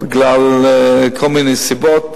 בגלל כל מיני סיבות,